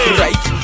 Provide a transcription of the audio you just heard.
right